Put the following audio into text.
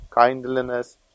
kindliness